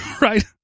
right